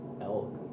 elk